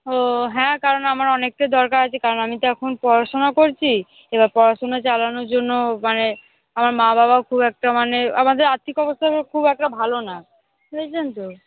ও হ্যাঁ কারণ আমার অনেকটাই দরকার আছে কারণ আমি তো এখন পড়াশোনা করছি এবার পড়াশোনা চালানোর জন্য মানে আমার মা বাবা খুব একটা মানে আমাদের আর্থিক অবস্থা খুব একটা ভালো না বুঝছেন তো